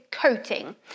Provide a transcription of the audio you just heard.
coating